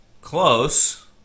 Close